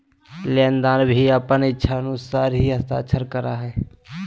लेनदार भी अपन इच्छानुसार ही हस्ताक्षर करा हइ